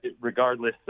regardless